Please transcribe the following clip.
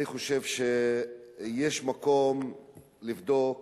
אני חושב שיש מקום לבדוק